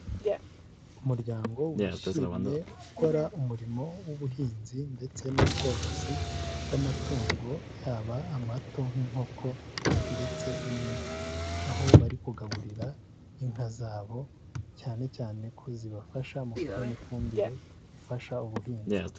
Umuryango wishimye ukora umurimo w'ubuhinzi ndetse n'ubworozi bw'amatungo yaba amato nk'inkoko ndetse n'inka, aho bari kugaburira inka zabo cyane cyane ko zibafasha mu kubona ifumbire ifasha ubuhinzi.